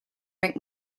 drink